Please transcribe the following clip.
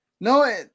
no